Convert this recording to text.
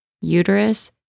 uterus